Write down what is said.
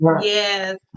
Yes